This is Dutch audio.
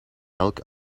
melk